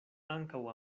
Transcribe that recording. ankaŭ